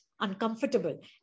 uncomfortable